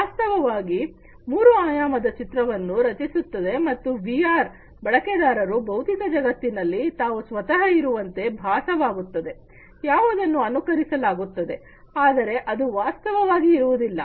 ವಾಸ್ತವವಾಗಿ ಮೂರು ಆಯಾಮದ ಚಿತ್ರವನ್ನು ರಚಿಸುತ್ತದೆ ಮತ್ತು ವಿಆರ್ ಬಳಕೆದಾರರು ಭೌತಿಕ ಜಗತ್ತಿನಲ್ಲಿ ತಾವು ಸ್ವತಃ ಇರುವಂತೆ ಭಾಸವಾಗುತ್ತದೆ ಯಾವುದನ್ನು ಅನುಕರಿಸ ಲಾಗುತ್ತಿದೆ ಆದರೆ ಅದು ವಾಸ್ತವವಾಗಿ ಇರುವುದಿಲ್ಲ